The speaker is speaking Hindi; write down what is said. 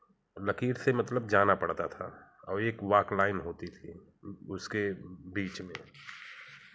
लकीर से मतलब जाना पड़ता था और एक वाक लाइन होती थी उसके बीच में